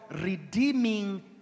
redeeming